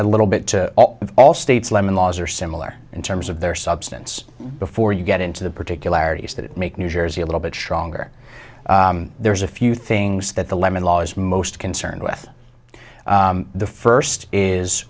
a little bit of all states lemon laws are similar in terms of their substance before you get into the particularities that make new jersey a little bit stronger there's a few things that the lemon law is most concerned with the first is